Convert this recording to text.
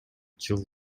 жыл